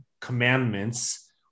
commandments